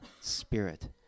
spirit